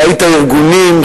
ראית ארגונים,